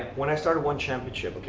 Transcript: when i started one championship, okay,